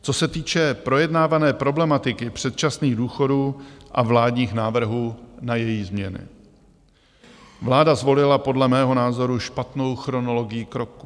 Co se týče projednávané problematiky předčasných důchodů a vládních návrhů na její změny, vláda zvolila podle mého názoru špatnou chronologií kroků.